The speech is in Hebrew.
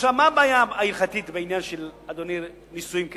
מה הבעיה ההלכתית, אדוני, בעניין של נישואים כאלה?